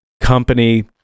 Company